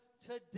today